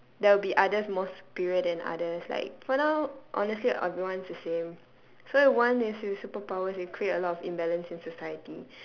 there will be others more superior than others like for now honestly everyone's the same so if one with superpowers they create a lot of imbalance in society